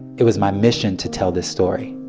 it was my mission to tell this story.